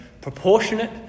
proportionate